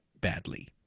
badly